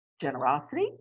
generosity